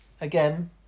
Again